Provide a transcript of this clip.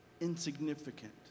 insignificant